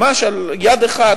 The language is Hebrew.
ממש על יד אחת,